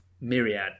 Myriad